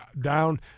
down